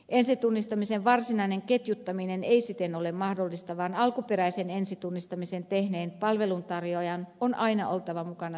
ensitunnistamisen varsinainen ketjuttaminen ei siten ole mahdollista vaan alkuperäisen ensitunnistamisen tehneen palveluntarjoajan on aina oltava mukana sopimusjärjestelyissä